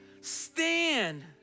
Stand